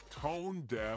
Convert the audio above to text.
tone-deaf